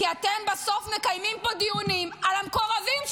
כי אתם בסוף מקיימים פה דיונים על המקורבים שלכם,